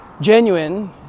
genuine